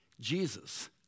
Jesus